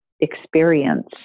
experience